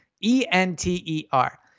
E-N-T-E-R